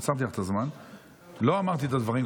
לא אמרתי את הדברים,